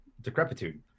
decrepitude